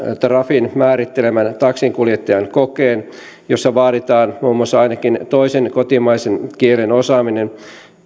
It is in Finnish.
trafin määrittelemän taksinkuljettajan kokeen jossa vaaditaan muun muassa ainakin toisen kotimaisen kielen osaaminen